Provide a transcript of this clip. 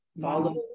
follow